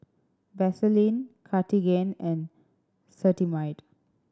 Vaselin Cartigain and Cetrimide